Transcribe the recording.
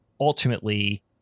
ultimately